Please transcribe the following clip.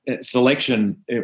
Selection